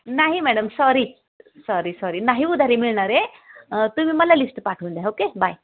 नाही madam sorry sorry sorry नाही उधारी मिळणार आहे तुम्ही मला लिस्ट पाठवून द्या ओके बाय